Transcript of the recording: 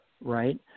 right